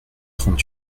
trente